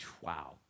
wow